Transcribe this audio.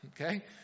Okay